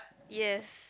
yes